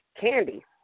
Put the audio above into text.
Candy